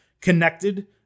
connected